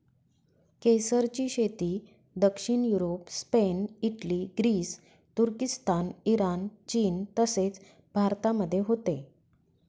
केसरची शेती दक्षिण युरोप, स्पेन, इटली, ग्रीस, तुर्किस्तान, इराण, चीन तसेच भारतामध्ये होते